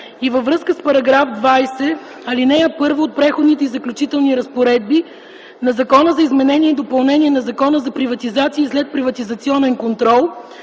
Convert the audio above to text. и във връзка с § 20, ал. 1 от Преходните и заключителни разпоредби на Закона за изменение и допълнение на Закона за приватизация и следприватизационен контрол